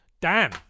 Dan